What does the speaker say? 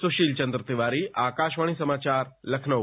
सुशीलचंद्र तिवारीआकाशवाणी समाचार लखनऊ